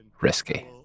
risky